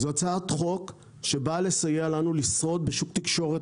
זו הצעת חוק שבאה לסייע לנו לשרוד בשוק תקשורת